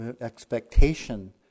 expectation